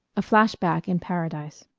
a flash-back in paradise